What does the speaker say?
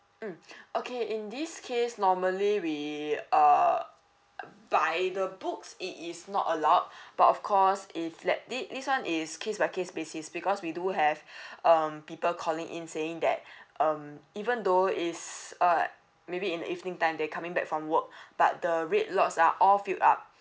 mm okay in this case normally we uh by the books it is not allowed but of course if let this this one is case by case basis because we do have um people calling in saying that um even though is at maybe in evening time they coming back from work but the red lots are all filled up